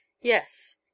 Yes